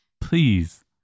please